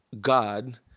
God